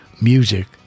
music